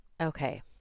Okay